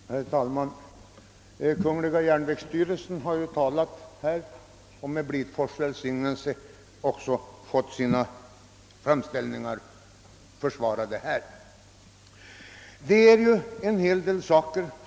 Herr talman! Kungl. järnvägsstyrelsen har med herr Blidfors” välsignelse fått sina framställningar försvarade här i riksdagen.